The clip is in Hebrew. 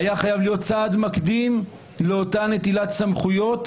זה היה חייב להיות צעד מקדים לאותה נטילת סמכויות,